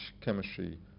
chemistry